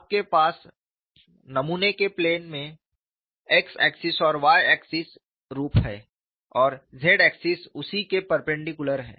आपके पास नमूने के प्लेन में x अक्ष और y अक्ष रूप है और z अक्ष उसी के परपेंडिकुलर है